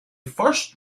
first